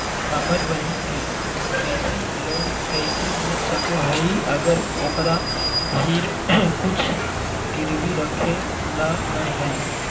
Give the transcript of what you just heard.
हमर बहिन के कृषि लोन कइसे मिल सको हइ, अगर ओकरा भीर कुछ गिरवी रखे ला नै हइ?